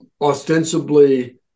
ostensibly